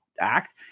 act